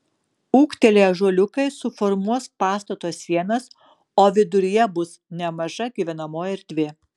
ūgtelėję ąžuoliukai suformuos pastato sienas o viduryje bus nemaža gyvenamoji erdvė